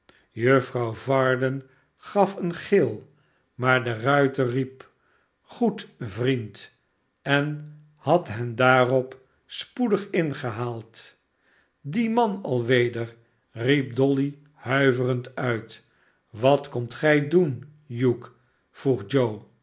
juffrouw varden gaf een gil maar de ruiter riep goed vriend en had hen daarop spoedig ingehaald die man alweder riep dolly huiverend uit wat komt gij doen hugh vroeg